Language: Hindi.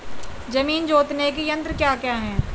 जमीन जोतने के यंत्र क्या क्या हैं?